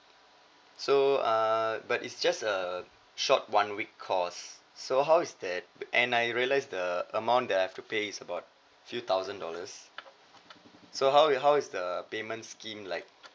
so uh but it's just a short one week course so how is that and I realised the amount that I have to pay is about few thousand dollars so how is how is the payment scheme like